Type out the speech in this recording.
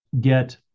get